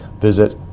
visit